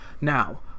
Now